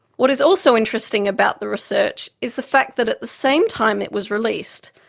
what is also interesting about the research is the fact that at the same time it was released,